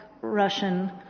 Russian